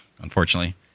unfortunately